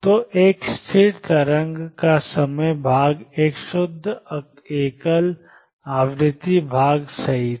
तो एक स्थिर तरंग का समय भाग एक शुद्ध एकल आवृत्ति भाग सही था